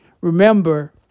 Remember